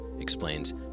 explains